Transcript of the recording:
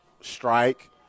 strike